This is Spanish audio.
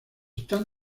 están